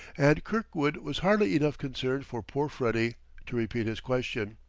and kirkwood was hardly enough concerned for poor freddie to repeat his question.